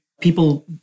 People